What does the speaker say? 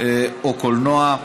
או קולנוע,